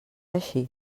així